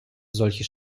solche